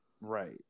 Right